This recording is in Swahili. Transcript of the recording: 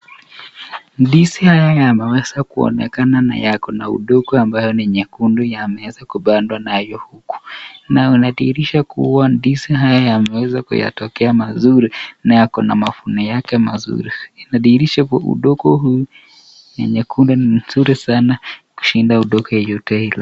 Ndizi haya yanawezeka kuonekana na yako na udongo ambayo ni nyekundu yameweza kupandwa nayo huku . Unadhiirisha kua ndizi haya yameweza kuyatokea mavizuri na yako na mavuno yake mazuri. Unadhiirisha udongo huu ni nyekundu ni nzuri sana kushinda udongo yeyote ile.